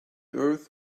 earth